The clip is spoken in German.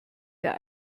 der